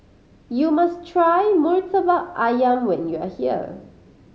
you must try Murtabak Ayam when you are here